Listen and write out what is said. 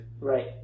right